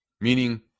Meaning